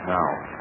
Now